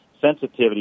sensitivity